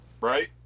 Right